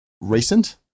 recent